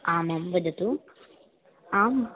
आमां वदतु आम्